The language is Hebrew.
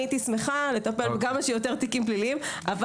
הייתי שמחה לטפל בכמה שיותר תיקים פליליים אבל